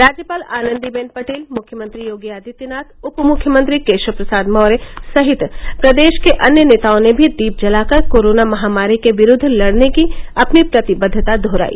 राज्यपाल आनन्दी बेन पटेल मुख्यमंत्री योगी आदित्यनाथ उपमुख्यमंत्री केशव प्रसाद मौर्य सहित प्रदेश के अन्य नेताओं ने भी दीप जलाकर कोरोना महामारी के विरूद्व लड़ने की अपनी प्रतिबद्वता दुहराई